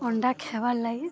ଅଣ୍ଡା ଖେବାର୍ ଲାଗି